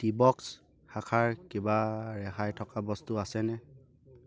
Teabox শাখাৰ কিবা ৰেহাই থকা বস্তু আছেনে